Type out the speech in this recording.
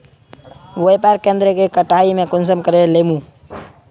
व्यापार केन्द्र के कटाई में कुंसम करे लेमु?